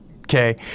okay